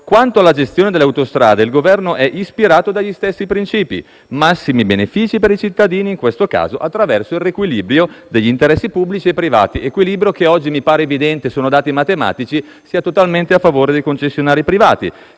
Quanto alla gestione delle autostrade, il Governo è ispirato dagli stessi principi: massimi benefici per i cittadini, in questo caso attraverso il riequilibrio degli interessi pubblici e privati. Equilibrio che oggi mi pare evidente, dai dati matematici, sia totalmente a favore dei concessionari privati,